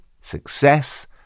success